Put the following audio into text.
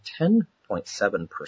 10.7%